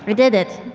did it.